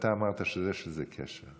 ואתה אמרת שיש קשר.